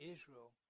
Israel